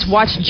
Watch